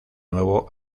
nuevo